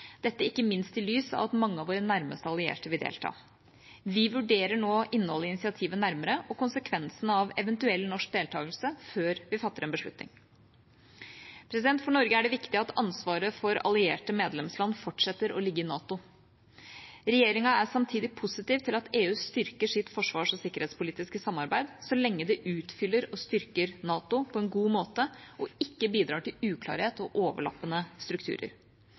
dette ikke minst i lys av at mange av våre nærmeste allierte vil delta. Vi vurderer nå innholdet i initiativet nærmere og konsekvensen av en eventuell norsk deltakelse før vi fatter en beslutning. For Norge er det viktig at ansvaret for allierte medlemsland fortsetter å ligge i NATO. Regjeringa er samtidig positiv til at EU styrker sitt forsvars- og sikkerhetspolitiske samarbeid, så lenge det utfyller og styrker NATO på en god måte og ikke bidrar til uklarhet og overlappende strukturer.